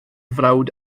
frawd